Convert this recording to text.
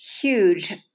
huge